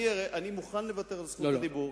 אני מוכן לוותר על זכות הדיבור.